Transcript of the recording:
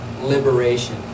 liberation